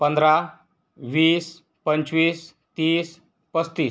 पंधरा वीस पंचवीस तीस पस्तीस